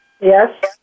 Yes